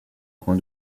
coin